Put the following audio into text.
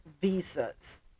Visas